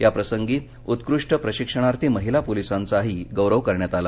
याप्रसंगी उत्कृष्ठ प्रशिक्षणार्थी महिला पोलिसांचा गौरवही करण्यात आला